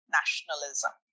nationalism